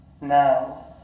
Now